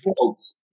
folks